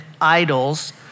idols